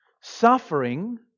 Suffering